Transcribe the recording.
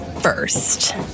first